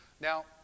Now